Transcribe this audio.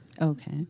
Okay